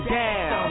down